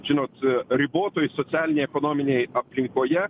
žinot ribotoj socialinėj ekonominėj aplinkoje